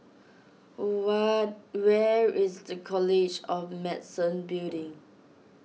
over where is the College of Medicine Building